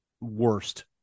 worst